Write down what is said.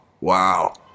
Wow